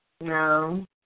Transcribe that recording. No